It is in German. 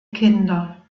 kinder